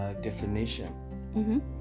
Definition